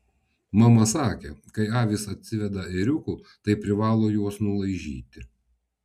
mama sakė kai avys atsiveda ėriukų tai privalo juos nulaižyti